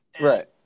Right